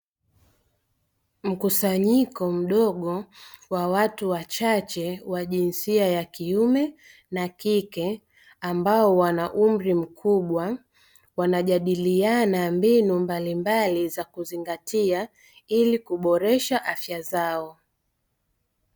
Mkusanyiko mdogo wa watu wachache wa jinsia ya kiume na kike ambao wana umri mkubwa, wanajadiliana mbinu mbalimbali za kuzingatia ili kuboresha afya zao.